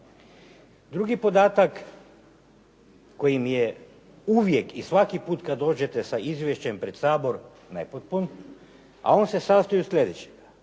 Drugi podatak koji mi je uvijek i svaki put kad dođete sa izvješćem pred Sabor nepotpun a on se sastoji od slijedećega.